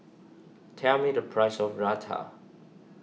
tell me the price of Raita